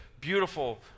beautiful